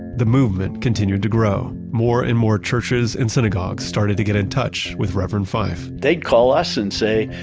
the movement continued to grow. more and more churches and synagogues started to get in touch with reverend fife they'd call us and say,